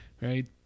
right